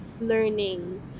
learning